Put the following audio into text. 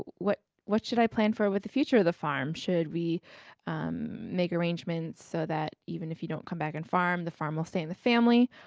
what what should i plan for with the future of the farm? should we um make arrangements so that, even if you don't come back and farm, the farm will stay in the family?